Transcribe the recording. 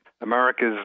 America's